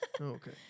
Okay